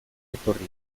etorri